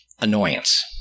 Annoyance